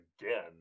again